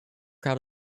crowd